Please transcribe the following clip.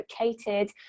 located